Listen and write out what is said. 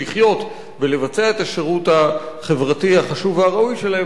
לחיות ולבצע את השירות החברתי החשוב והראוי שלהם